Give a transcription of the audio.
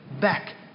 back